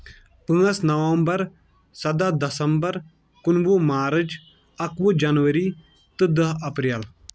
پانٛژھ نومبر سداہ دسمبرکُنوُہ مارٕچ اکوُہ جنؤری تہٕ دہ اپریل